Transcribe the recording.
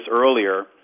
earlier